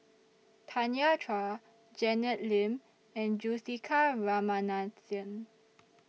Tanya Chua Janet Lim and Juthika Ramanathan